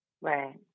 Right